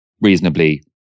reasonably